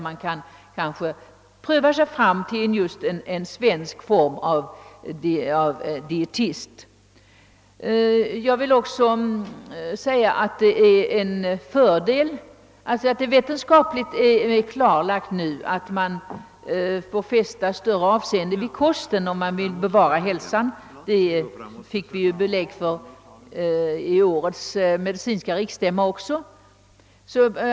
Man kan då pröva sig fram till en svensk arbetsform av dietister. Det är numera vetenskapligt klarlagt, att större avseende måste fästas vid kosten, om man vill bevara hälsan — det fick vi belägg för vid årets medicinska riksstämma.